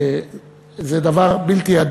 וזה דבר בלתי,